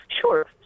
Sure